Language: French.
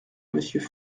monsieur